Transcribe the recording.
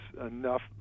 enough